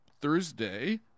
thursday